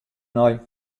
nei